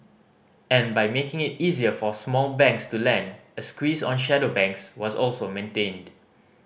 and by making it easier for small banks to lend a squeeze on shadow banks was also maintained